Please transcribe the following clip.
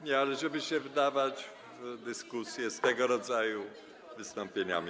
nie, ale żeby się wdawać w dyskusję z tego rodzaju wystąpieniami.